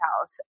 house